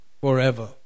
forever